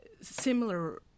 similar